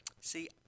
See